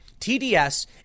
TDS